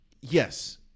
yes